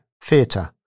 theatre